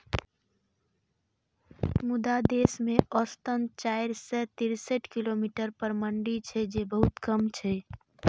मुदा देश मे औसतन चारि सय तिरेसठ किलोमीटर पर मंडी छै, जे बहुत कम छै